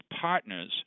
partners